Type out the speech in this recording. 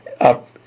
up